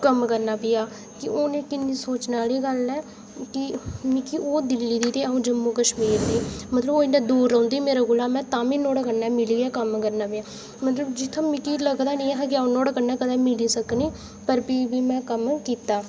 कम्म करना पेआ की हू'न एह् किन्नी सोचने आह्ली गल्ल ऐ के ओह् दिल्ली दी अं'ऊ जम्मू कश्मीर दी मतलब के ओह् इन्नी दूर रौंहदी मेरे कोला ओह् तां बी नुहाड़े कन्नै मिलियै कम्म करना पेआ मतलब जित्थें मिगी लगदा निं हा की अं'ऊ नुहाड़े कन्नै मिली सकनी पर भी बी में कम्म कीता